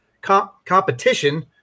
competition